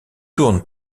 tourne